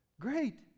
Great